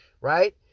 right